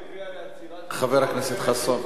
מי שהביאה לעצירת "עופרת יצוקה" היתה ציפי לבני.